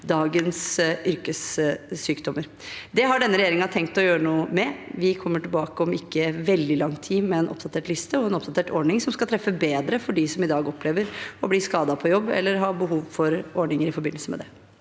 dagens yrkessykdommer. Det har denne regjeringen tenkt å gjøre noe med. Vi kommer tilbake om ikke veldig lang tid med en oppdatert liste og en oppdatert ordning som skal treffe bedre for dem som i dag opplever å bli skadet på jobb, eller som har behov for ordninger i forbindelse med det.